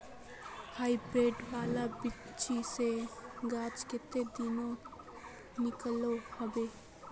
Hybrid वाला बिच्ची से गाछ कते दिनोत निकलो होबे?